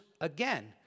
again